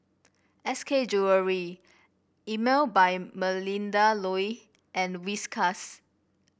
S K Jewellery Emel by Melinda Looi and Whiskas